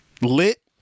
lit